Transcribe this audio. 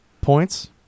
Points